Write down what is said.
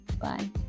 Bye